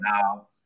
now